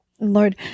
Lord